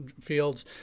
fields